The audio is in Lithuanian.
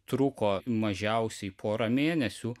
truko mažiausiai porą mėnesių